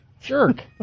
Jerk